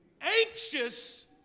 Anxious